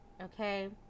okay